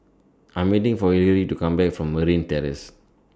I'm waiting For Hillary to Come Back from Merryn Terrace